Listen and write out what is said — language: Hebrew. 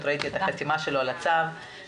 אין צו בריאות העם (נגיף הקורונה החדש) (בידוד